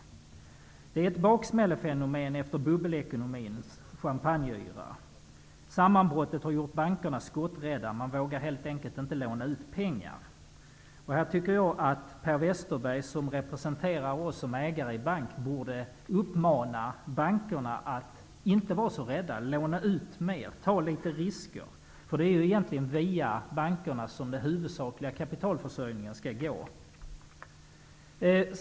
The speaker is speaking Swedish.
Detta är ett baksmällefenomen efter bubbelekonomins champagneyra. Sammanbrottet har gjort bankerna skotträdda. De vågar helt enkelt inte låna ut pengar. Här tycker jag att Per Westerberg, som representerar oss som ägare i bank, borde uppmana bankerna att inte vara så rädda och låna ut mer, ta litet risker. Det är egentligen via bankerna som den huvudsakliga kapitalförsörjningen skall komma.